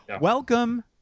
Welcome